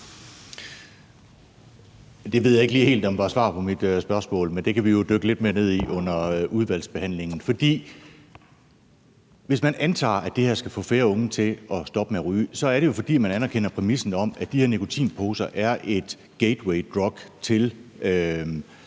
Det ved jeg ikke helt om var et svar på mit spørgsmål, men det kan vi jo dykke lidt mere ned i under udvalgsbehandlingen. For hvis man antager, at det her skal få flere unge til at stoppe med at ryge, er det jo, fordi man anerkender præmissen om, at de her nikotinposer er et gateway drug til